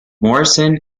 morrison